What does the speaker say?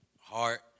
heart